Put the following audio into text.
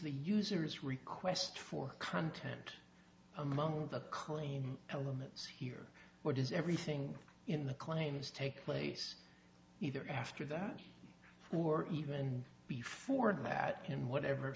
the user's request for contact among the cream elements here or does everything in the claims take place either after that or even before that and whatever